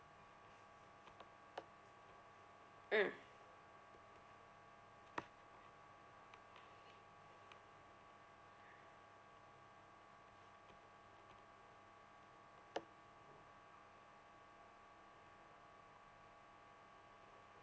mm